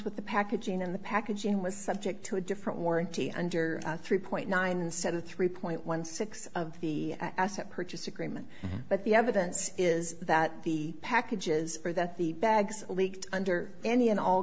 with the packaging and the packaging was subject to a different warranty under three point nine instead of three point one six of the asset purchase agreement but the evidence is that the packages are that the bags leaked under any and all